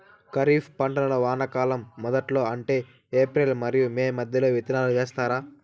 ఖరీఫ్ పంటలను వానాకాలం మొదట్లో అంటే ఏప్రిల్ మరియు మే మధ్యలో విత్తనాలు వేస్తారు